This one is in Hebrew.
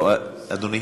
אדוני,